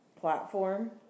platform